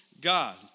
God